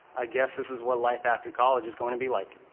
i guess this is what life after college is going to be like,